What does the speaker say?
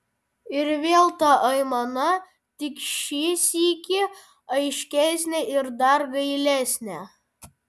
ir vėl ta aimana tik šį sykį aiškesnė ir dar gailesnė